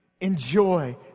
Enjoy